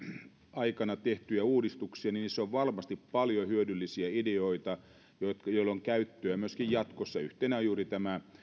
aikana tehdyissä uudistuksissa on varmasti paljon hyödyllisiä ideoita joille on käyttöä myöskin jatkossa yhtenä on juuri tämä